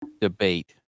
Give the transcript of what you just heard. debate